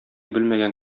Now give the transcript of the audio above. белмәгән